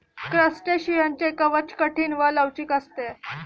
क्रस्टेशियनचे कवच कठीण व लवचिक असते